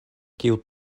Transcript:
kiu